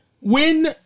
win